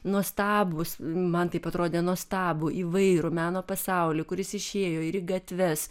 nuostabūs man taip atrodė nuostabų įvairų meno pasaulį kuris išėjo ir į gatves